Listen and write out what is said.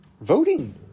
voting